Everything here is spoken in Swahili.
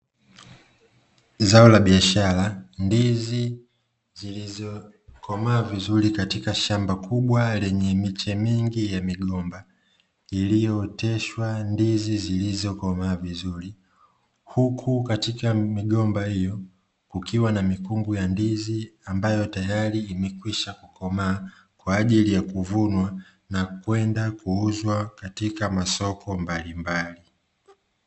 Zao la biashara ndizi zilizokomaa vizuri katika shamba kubwa lenye miche mingi ya migomba, iliyooteshwa ndizi zilizokomaa vizuri, huku katika migomba hiyo kukiwa na mikungu ya ndizi ambayo tayari imekwisha kukomaa kwa ajili ya kuvunwa na kwenda kuuzwa katika masoko mbalimbali.